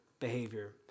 behavior